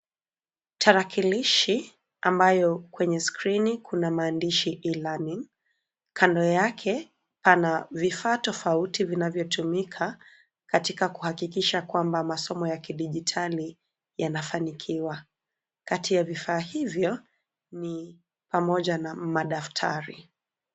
Trakilishi ambayo kwenye skiri kuna maandishi E-learning . Kando yake pana vifaa tofauti vinavyotumika katika kuhakikisha kwamba masomo ya kidigitali yanafanikiwa. Kati ya vifaa hivyo ni pamoja na madaftari.